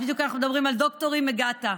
בדיוק אנחנו מדברים על דוקטורים, הגעת.